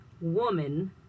woman